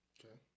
Okay